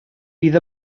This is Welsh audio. bydd